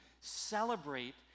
celebrate